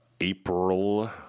April